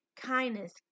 kindness